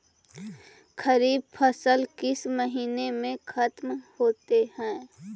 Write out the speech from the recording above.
खरिफ फसल किस महीने में ख़त्म होते हैं?